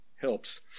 helps